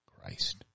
Christ